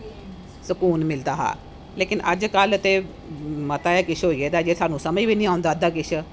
सकून मिलदा हा लेकिन अजकल ते मता गै किश होई गेदा ऐ जेहदी सानू समझ बी नेई औंदा अद्धा किश